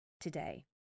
today